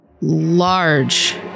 large